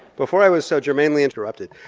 before i was so germanely interrupted,